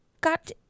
got